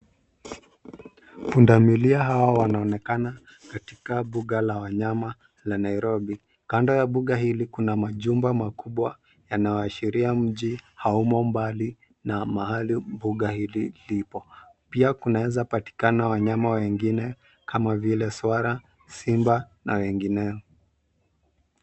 Pundamilia hawa wanaonekana katika mbuga la wanyama la Nairobi. Kando ya mbuga hili kuna majumba makubwa yanayoashiria mji haumo mbali na mahali mbuga hili lipo. Pia kunaweza patikana wanyama wengine kama vile swara, simba na wengineo.